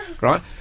Right